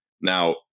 Now